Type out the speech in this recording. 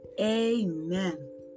amen